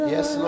Yes